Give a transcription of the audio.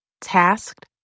tasked